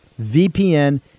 VPN